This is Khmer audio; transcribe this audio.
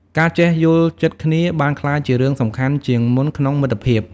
ការចេះយល់ចិត្តគ្នា បានក្លាយជារឿងសំខាន់ជាងមុនក្នុងមិត្តភាព។